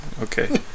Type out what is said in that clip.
Okay